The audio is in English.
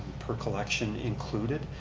per collection included.